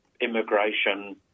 immigration